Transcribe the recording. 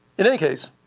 in any case,